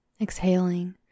Exhaling